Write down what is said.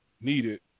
needed